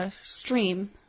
stream